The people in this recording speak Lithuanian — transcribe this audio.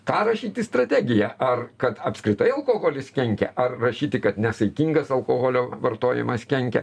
ką rašyt į strategija ar kad apskritai alkoholis kenkia ar rašyti kad nesaikingas alkoholio vartojimas kenkia